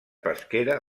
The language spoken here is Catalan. pesquera